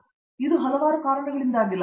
ಅರಂದಾಮ ಸಿಂಗ್ ಆದರೆ ಇದು ಹಲವಾರು ಕಾರಣಗಳಿಂದಾಗಿಲ್ಲ